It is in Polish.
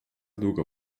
długo